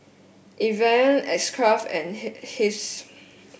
Evian X Craft and Kiehl's